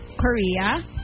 Korea